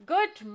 Good